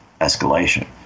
escalation